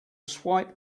swipe